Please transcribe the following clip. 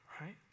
right